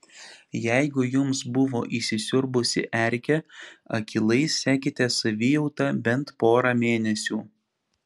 jeigu jums buvo įsisiurbusi erkė akylai sekite savijautą bent porą mėnesių